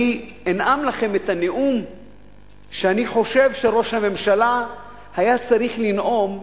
אני אנאם לכם את הנאום שאני חושב שראש הממשלה היה צריך לנאום,